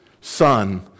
son